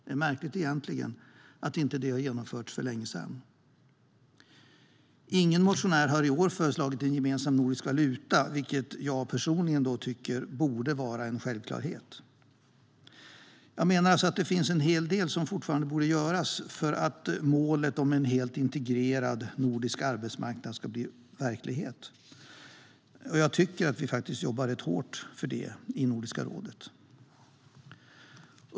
Det är egentligen märkligt att det inte är genomfört sedan länge. Ingen motionär har i år föreslagit en gemensam nordisk valuta, vilket jag personligen tycker borde vara en självklarhet. Det finns alltså en hel del som fortfarande borde göras för att målet om en helt integrerad nordisk arbetsmarknad ska bli verklighet. Jag tycker att vi faktiskt jobbar ganska hårt för det i Nordiska rådet.